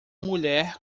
mulher